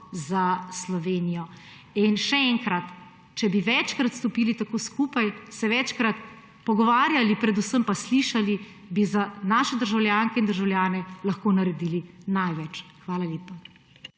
za Slovenijo. In še enkrat, če bi večkrat stopili tako skupaj, se večkrat pogovarjali, predvsem pa slišali, bi za naše državljanke in državljane lahko naredili največ. Hvala lepa.